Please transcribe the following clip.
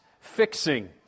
fixing